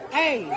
hey